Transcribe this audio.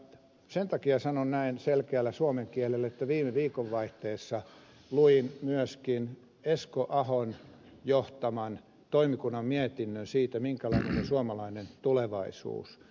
sen takia sanon näin selkeällä suomen kielellä että viime viikonvaihteessa luin myöskin esko ahon johtaman toimikunnan mietinnön siitä minkälainen on suomalainen tulevaisuus